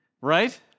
right